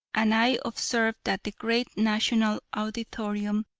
and i observed that the great national auditorium,